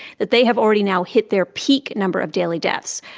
that they have already now hit their peak number of daily deaths.